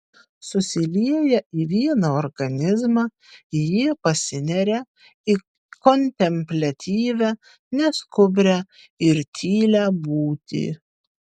susilieję į vieną organizmą jie pasineria į kontempliatyvią neskubrią ir tylią būtį